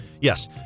yes